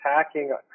attacking